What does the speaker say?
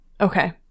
Okay